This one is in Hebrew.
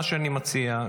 מה שאני מציע,